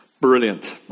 Brilliant